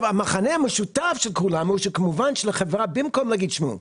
במקום שהחברה תגיד: "שמעו,